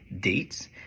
dates